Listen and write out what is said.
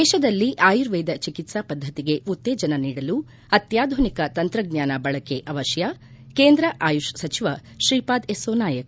ದೇತದಲ್ಲಿ ಆಯುರ್ವೇದ ಚಿಕಿತ್ಸಾ ಪದ್ಧತಿಗೆ ಉತ್ತೇಜನ ನೀಡಲು ಅತ್ನಾಧುನಿಕ ತಂತ್ರಜ್ಞಾನ ಬಳಕೆ ಅವತ್ನ ಕೇಂದ್ರ ಆಯುಷ್ ಸಚಿವ ಶ್ರೀಪಾದ್ ಯೆಸ್ತೊ ನಾಯಕ್